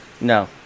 No